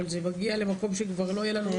זה מגיע למקום שכבר לא יהיה לנו מקומות.